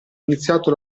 iniziato